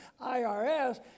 IRS